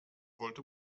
wollte